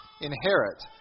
inherit